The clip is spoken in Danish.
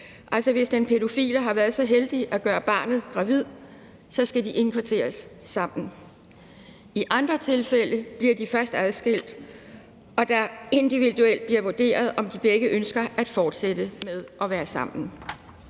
Altså, hvis den pædofile har været så heldig at gøre barnet gravid, skal de indkvarteres sammen. I andre tilfælde bliver de først adskilt, og der bliver individuelt vurderet, om de begge ønsker at fortsætte med at være sammen.